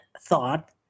thought